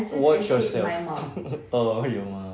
watch yourself orh your mum